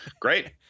Great